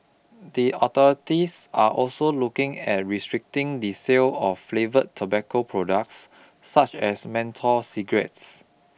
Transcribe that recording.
the authorities are also looking at restricting the sale of flavour tobacco products such as menthol cigarettes